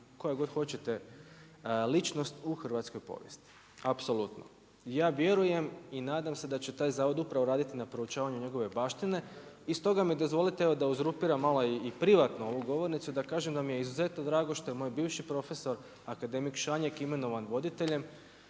koja god hoćete, ličnost u hrvatskoj povijesti, apsolutno. Ja vjerujem i nadam se da će taj zavod upravo raditi na proučavanju njegove baštine, i stoga mi dozvolite da evo uzurpiram malo i privatno ovu govornicu, da kažem da mi je izuzetno drago što je moj bivši profesor, akademik Šanjek imenovan voditeljem